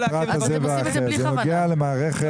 למה --- זה באמת דיון בין משרד האוצר ומשרד הביטחון.